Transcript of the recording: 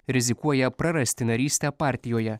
rizikuoja prarasti narystę partijoje